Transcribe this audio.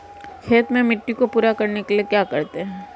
खेत में मिट्टी को पूरा करने के लिए क्या करते हैं?